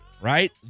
right